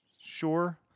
Sure